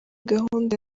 gahunda